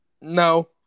No